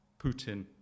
Putin